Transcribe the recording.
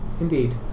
indeed